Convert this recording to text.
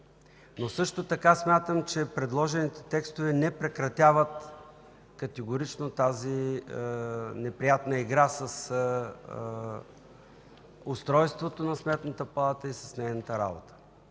Също така смятам, че предложените текстове не прекратяват категорично тази неприятна игра с устройството на Сметната палата и с нейната работа.